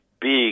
big